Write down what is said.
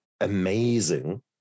amazing